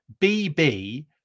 BB